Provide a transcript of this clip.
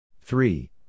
Three